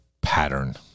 pattern